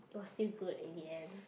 was still good in the end